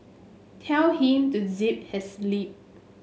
tell him to zip his lip